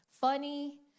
Funny